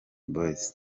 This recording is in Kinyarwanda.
boyz